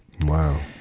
Wow